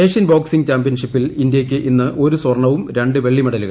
Asian boxing ചാമ്പ്യൻഷിപ്പിൽ ഇന്ത്യക്ക് ഇന്ന് ഒരു സ്വർണ്ണവും രണ്ട് വെള്ളിമെഡ്ലുകളും